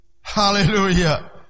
Hallelujah